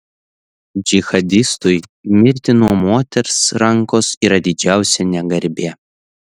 džihadistui mirti nuo moters rankos yra didžiausia negarbė